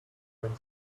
when